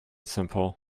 simple